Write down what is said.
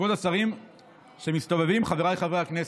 כבוד השרים שמסתובבים, חבריי חברי הכנסת,